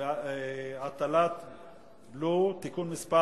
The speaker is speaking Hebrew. (הטלת בלו) (תיקון מס'